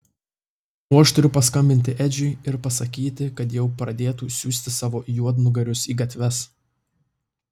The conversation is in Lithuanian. o aš turiu paskambinti edžiui ir pasakyti kad jau pradėtų siųsti savo juodnugarius į gatves